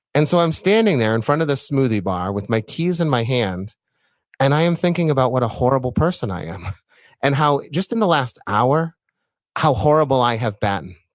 and so i'm standing there in front of the smoothie bar with my keys in my hand and i am thinking about what a horrible person i am and how just in the last hour how horrible i have been.